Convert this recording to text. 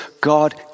God